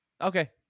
Okay